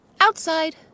Outside